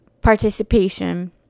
participation